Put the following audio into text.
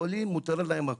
לחולים מותר הכול.